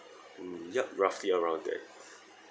mm yup roughly around that